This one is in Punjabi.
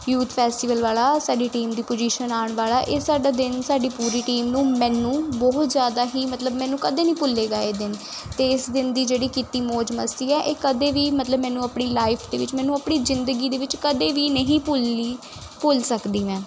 ਯੂਥ ਫੈਸਟੀਵਲ ਵਾਲਾ ਸਾਡੀ ਟੀਮ ਦੀ ਪੁਜੀਸ਼ਨ ਆਉਣ ਵਾਲਾ ਇਹ ਸਾਡਾ ਦਿਨ ਸਾਡੀ ਪੂਰੀ ਟੀਮ ਨੂੰ ਮੈਨੂੰ ਬਹੁਤ ਜ਼ਿਆਦਾ ਹੀ ਮਤਲਬ ਮੈਨੂੰ ਕਦੇ ਨਹੀਂ ਭੁੱਲੇਗਾ ਇਹ ਦਿਨ ਅਤੇ ਇਸ ਦਿਨ ਦੀ ਜਿਹੜੀ ਕੀਤੀ ਮੌਜ ਮਸਤੀ ਹੈ ਇਹ ਕਦੇ ਵੀ ਮਤਲਬ ਮੈਨੂੰ ਆਪਣੀ ਲਾਈਫ ਦੇ ਵਿੱਚ ਮੈਨੂੰ ਆਪਣੀ ਜ਼ਿੰਦਗੀ ਦੇ ਵਿੱਚ ਕਦੇ ਵੀ ਨਹੀਂ ਭੁੱਲੀ ਭੁੱਲ ਸਕਦੀ ਮੈਂ